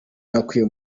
nakuye